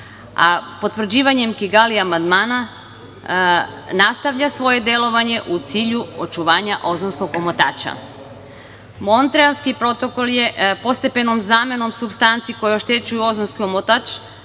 a potvrđivanjem Kigali amandmana nastavlja svoje delovanje u cilju očuvanja ozonskog omotača. Montrealski protokol je postepenom zamenom supstanci koje oštećuju ozonski omotač